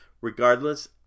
Regardless